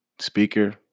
speaker